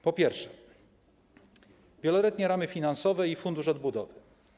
Po pierwsze, wieloletnie ramy finansowe i Fundusz Odbudowy.